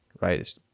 right